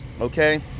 Okay